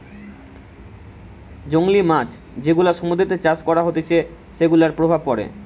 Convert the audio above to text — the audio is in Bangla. জংলী মাছ যেগুলা সমুদ্রতে চাষ করা হতিছে সেগুলার প্রভাব পড়ে